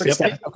Okay